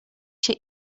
się